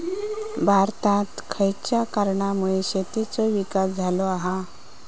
भारतात खयच्या कारणांमुळे शेतीचो विकास झालो हा?